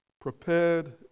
prepared